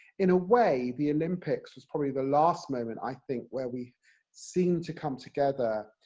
in a way, the olympics was probably the last moment i think where we seemed to come together,